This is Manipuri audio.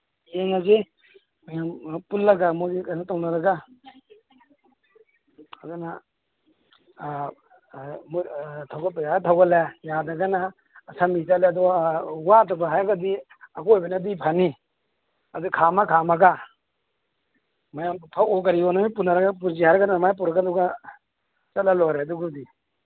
ꯌꯦꯡꯉꯁꯤ ꯃꯌꯥꯝ ꯄꯨꯜꯂꯒ ꯃꯣꯏꯒꯤ ꯀꯩꯅꯣ ꯇꯧꯅꯔꯒ ꯑꯗꯨꯅ ꯊꯧꯒꯠꯄ ꯌꯥꯔ ꯊꯧꯒꯠꯂꯦ ꯌꯥꯗ꯭ꯔꯒꯅ ꯑꯁꯝꯕꯤ ꯆꯠꯂꯦ ꯑꯗꯣ ꯋꯥꯗꯕ ꯍꯥꯏꯔꯒꯗꯤ ꯑꯀꯣꯏꯕꯅꯗꯤ ꯐꯅꯤ ꯑꯗꯨ ꯈꯥꯝꯃ ꯈꯥꯝꯃꯒ ꯃꯌꯥꯝ ꯐꯛ ꯑꯣ ꯀꯩꯑꯣ ꯄꯨꯅꯔꯒ ꯄꯨꯁꯤ ꯍꯥꯏꯔꯒꯅ ꯑꯗꯨꯃꯥꯏꯅ ꯄꯨꯔꯒ ꯑꯗꯨꯒ ꯆꯠꯂ ꯂꯣꯏꯔꯦ ꯑꯗꯨꯕꯨꯗꯤ